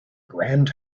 grand